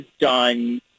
done